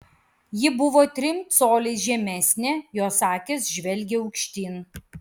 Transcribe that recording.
ji buvo trim coliais žemesnė jos akys žvelgė aukštyn